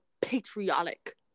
patriotic